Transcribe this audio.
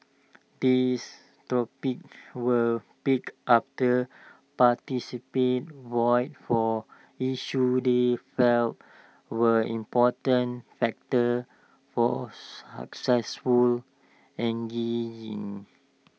these topics were picked after participants voted for issues they felt were important factors for successful